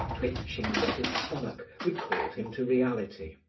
twitchings of his stomach recalled him to reality.